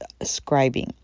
scribing